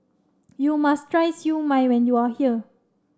you must try Siew Mai when you are here